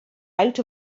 out